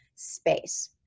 space